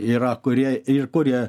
yra kurie ir kurie